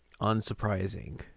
Unsurprising